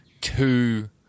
two